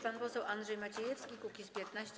Pan poseł Andrzej Maciejewski, Kukiz’15.